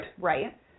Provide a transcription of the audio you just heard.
Right